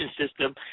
system